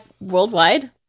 worldwide